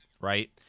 right